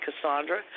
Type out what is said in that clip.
Cassandra